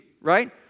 right